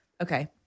Okay